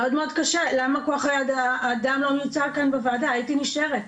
מאוד מאוד קשה למה כוח האדם לא נמצא כאן בוועדה הייתי נשארת.